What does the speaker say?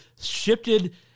shifted